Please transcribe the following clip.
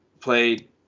played